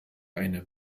einem